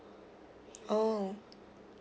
oh